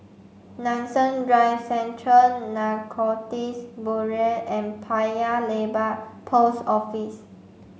Nanson Drive Central Narcotics Bureau and Paya Lebar Post Office